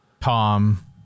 Tom